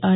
I